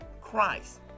Christ